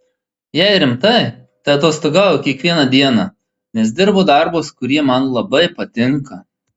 jei rimtai tai atostogauju kiekvieną dieną nes dirbu darbus kurie man labai patinka